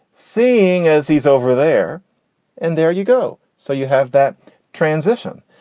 seeing as he's over there and there you go. so you have that transition.